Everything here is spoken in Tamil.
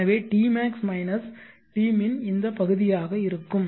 எனவே tmax tmin இந்த பகுதியாக இருக்கும்